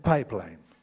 Pipeline